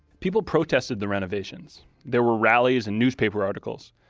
people protested the renovations. there were rallies and newspaper articles.